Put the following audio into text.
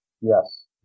Yes